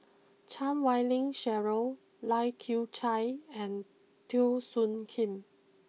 Chan Wei Ling Cheryl Lai Kew Chai and Teo Soon Kim